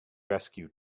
rescue